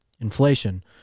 inflation